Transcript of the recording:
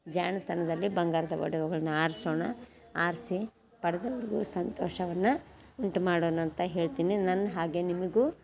ಜಾಣತನದಲ್ಲಿ ಬಂಗಾರದ ಒಡವೆಗಳನ್ನ ಆರಿಸೋಣ ಆರಿಸಿ ಪಡ್ದೌರಿಗೂ ಸಂತೋಷವನ್ನು ಉಂಟು ಮಾಡೋಣ ಅಂತ ಹೇಳ್ತೀನಿ ನನ್ನ ಹಾಗೇ ನಿಮಗೂ